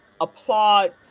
applaud